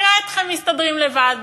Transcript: נראה אתכם מסתדרים לבד.